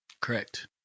Correct